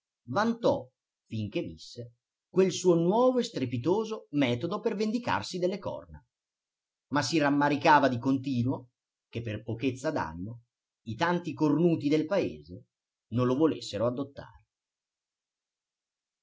clienti vantò finché visse quel suo nuovo e strepitoso metodo per vendicarsi delle corna ma si rammaricava di continuo che per pochezza d'animo i tanti cornuti del paese non lo volessero adottare